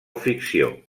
ficció